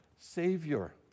Savior